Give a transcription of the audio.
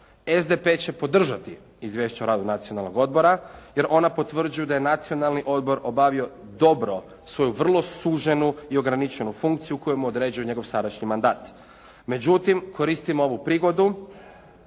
SDP će podržati Izvješće o radu Nacionalnog odbora, jer ona potvrđuju da je Nacionalni odbor obavio dobro svoju vrlo suženu i ograničenu funkciju koju mu određuje njegov sadašnji mandat. Međutim koristim ovu prigodu